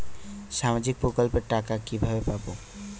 সামাজিক প্রকল্পের টাকা কিভাবে পাব?